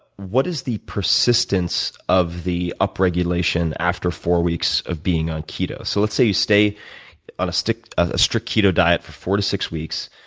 what is the persistence of the upregulation after four weeks of being on keto? so let's say you stay on a strict ah strict keto diet for four to six weeks.